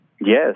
Yes